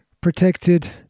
Protected